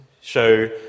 show